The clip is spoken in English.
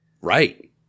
Right